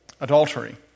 Adultery